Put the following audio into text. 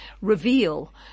reveal